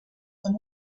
amb